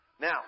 Now